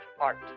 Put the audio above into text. art